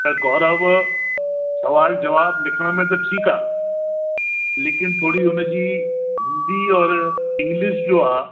त गौरव सुवालु जवाबु लिखण में त ठीकु आहे लेकिन थोरी उनजी हिंदी और इंग्लिश जो आहे